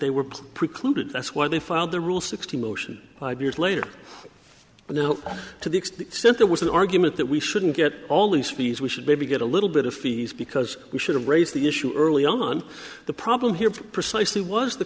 they were plain precluded that's why they filed the rule sixty motion five years later no to the extent there was an argument that we shouldn't get all the species we should maybe get a little bit of fees because we should've raised the issue early on the problem here precisely was the